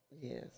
Yes